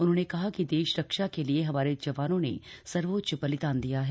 उन्होंने कहा कि देश रक्षा के लिए हमारे जवानों ने सर्वोच्च बलिदान किया है